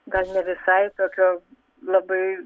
gal ne visai tokio labai